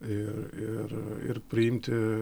ir ir ir priimti